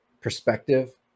perspective